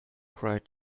cried